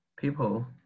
people